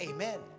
Amen